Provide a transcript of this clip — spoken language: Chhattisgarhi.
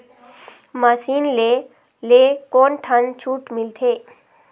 मशीन ले ले कोन ठन छूट मिलथे?